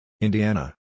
Indiana